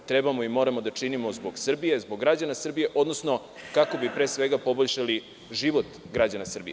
Trebamo i moramo da činimo zbog Srbije zbog građane Srbije, odnosno kako bi, pre svega, poboljšali život građana Srbije.